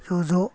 ज' ज'